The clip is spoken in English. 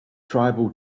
tribal